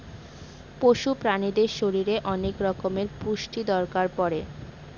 পশু প্রাণীদের শরীরে অনেক রকমের পুষ্টির দরকার পড়ে